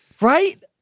Right